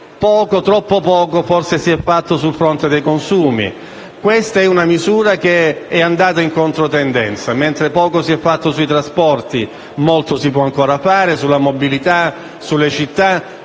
poco, troppo poco, forse si è fatto sul fronte dei consumi. Questa misura è andata in controtendenza. Mentre poco si è fatto sui trasporti (molto si può ancora fare sulla mobilità, sulle città),